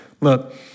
Look